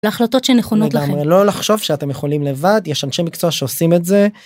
להחלטות שנכונות לכם, לגמרי. לא לחשוב שאתם יכולים לבד יש אנשים מקצוע שעושים את זה.